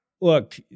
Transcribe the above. look